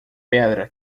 pedra